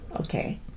okay